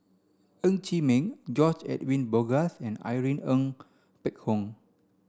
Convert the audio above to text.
Ng Chee Meng George Edwin Bogaars and Irene Ng Phek Hoong